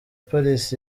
paris